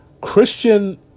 Christian